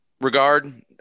regard